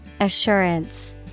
Assurance